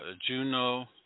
Juno